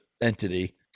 entity